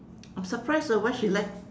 I'm surprised ah why she like